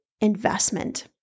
investment